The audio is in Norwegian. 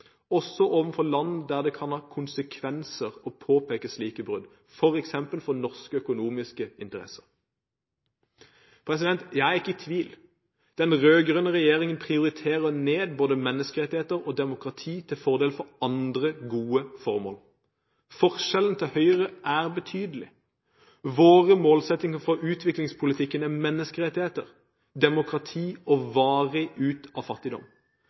også overfor land der det kan ha konsekvenser å påpeke slike brudd, f.eks. for norske økonomiske interesser. Jeg er ikke i tvil: Den rød-grønne regjeringen prioriterer ned både menneskerettigheter og demokrati til fordel for andre gode formål. Forskjellen til Høyre er betydelig. Våre målsettinger for utviklingspolitikken er menneskerettigheter, demokrati og varig ut av fattigdom.